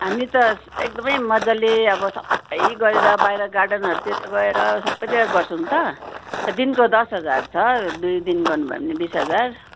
हामी त एकदमै मज्जाले अब सबै गरेर बाहिर गार्डनहरूतिर गएर सबैतिर गर्छौँ त त दिनको दस हजार छ दुई दिन गर्नुभयो भने बिस हजार